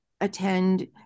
attend